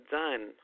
done